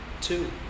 Two